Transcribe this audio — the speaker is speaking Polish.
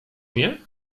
mnie